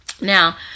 Now